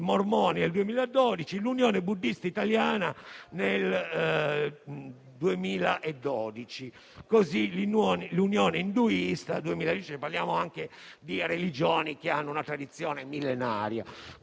i Mormoni nel 2012; l'Unione buddista italiana e l'Unione induista nel 2012. Parliamo quindi anche di religioni che hanno una tradizione millenaria.